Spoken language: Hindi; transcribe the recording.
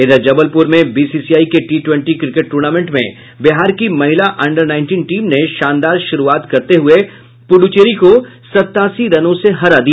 इधर जबलपुर में बीसीसीआई के टी ट्वेंटी क्रिकेट टूर्नामेंट में बिहार की महिला अंडर नाईटीन टीम ने शानदार शुरूआत करते हुये पुडुचेरी को सत्तासी रनों से हरा दिया